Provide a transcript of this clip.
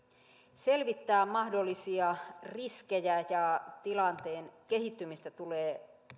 selvittää mahdollisia riskejä ja tilanteen kehittymistä tulee